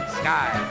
sky